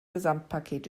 gesamtpaket